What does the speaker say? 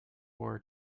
war